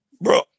bro